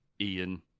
ian